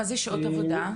מה זה שעות עבודה?